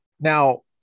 now